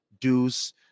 Deuce